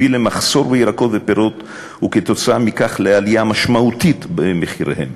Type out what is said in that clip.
הביא למחסור בירקות ופירות וכתוצאה מכך לעלייה משמעותית במחיריהם.